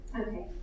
Okay